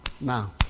now